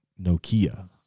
Nokia